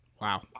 Wow